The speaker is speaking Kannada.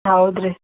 ಹೌದು ರೀ